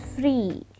free